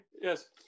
yes